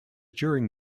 during